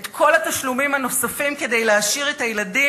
את כל התשלומים הנוספים כדי להעשיר את הילדים,